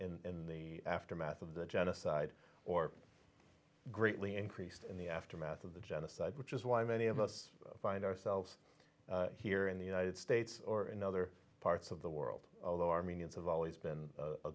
created in the aftermath of the genocide or greatly increased in the aftermath of the genocide which is why many of us find ourselves here in the united states or in other parts of the world all armenians of always been a